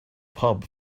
pub